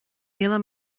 míle